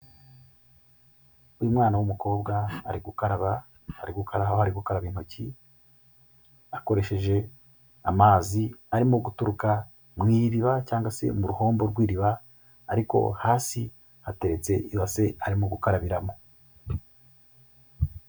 Uyu mwana w'umukobwa ari gukaraba, ari gukaraba aho ari gukaraba intoki, akoresheje amazi arimo guturuka mu iriba cyangwa se mu ruhombo rw'iriba ariko hasi hatetse ibase arimo gukarabiramo.